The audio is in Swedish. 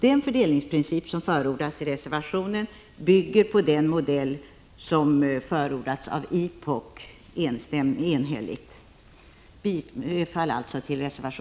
Den fördelningsprincip som förordas i